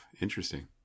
Interesting